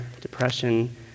depression